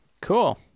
Cool